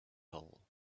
hole